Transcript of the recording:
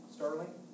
Sterling